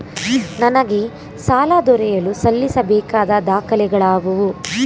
ನನಗೆ ಸಾಲ ದೊರೆಯಲು ಸಲ್ಲಿಸಬೇಕಾದ ದಾಖಲೆಗಳಾವವು?